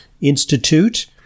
Institute